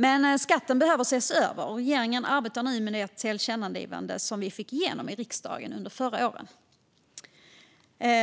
Men skatten behöver ses över, och regeringen arbetar nu med det tillkännagivande som vi fick igenom i riksdagen under förra året.